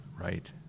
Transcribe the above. Right